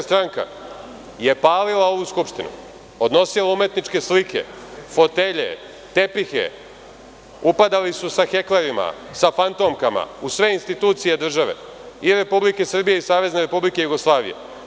DS je palila ovu Skupštinu, odnosila umetničke slike, fotelje, tepihe, upadali su heklerima, sa fantomkama u sve institucije države, i Republike Srbije, i Savezne Republike Jugoslavije.